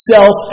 Self